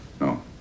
no